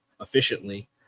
efficiently